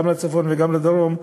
גם לצפון וגם לדרום,